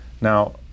now